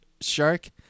Shark